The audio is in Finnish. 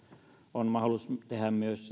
on mahdollisuus tehdä myös